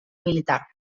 militar